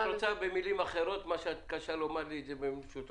האם את אומרת שהביטוי "אמצעים סבירים" והביטוי "כל שניתן"